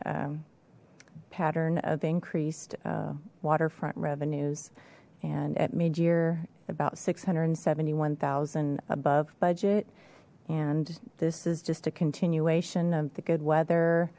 a pattern of increased waterfront revenues and at mid year about six hundred and seventy one thousand above budget and this is just a continuation of the good